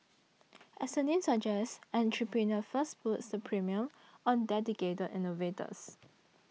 as the name suggests Entrepreneur First puts the premium on dedicated innovators